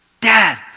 Dad